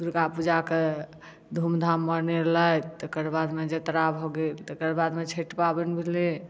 दुर्गापूजा के धूम धाम मनेलथि तकरबाद मे जतरा भऽ गेल तकरबाद मे छठि पाबनि भेलै